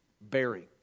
bearing